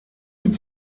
mit